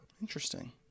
Interesting